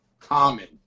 Common